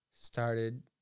started